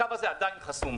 הקו הזה עדיין חסום.